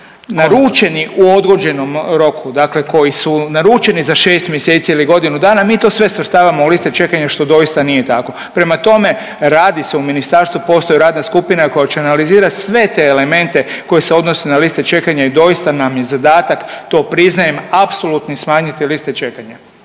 koji su naručeni u odgođenom roku, dakle koji su naručeni za 6 mjeseci ili godinu dana, mi to sve svrstavamo u liste čekanja što doista nije tako. Prema tome, radi se u ministarstvu, postoji radna skupina koja će analizirati sve te elemente koje se odnose na liste čekanja i doista nam je zadatak, to priznajem, apsolutno smanjiti liste čekanja.